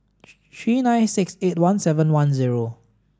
three three nine six eight one seven one zero